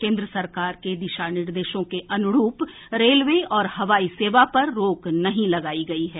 केन्द्र सरकार के दिशा निर्देशों के अनुरूप रेलवे और हवाई सेवा पर रोक नहीं लगायी गयी है